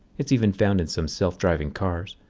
it's even found in some self driving cars.